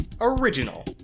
original